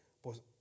pues